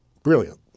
Brilliant